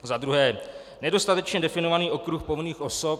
Za druhé nedostatečně definovaný okruh povinných osob.